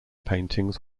paintings